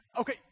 okay